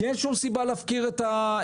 כי אין שום סיבה להפקיר את המגדלים,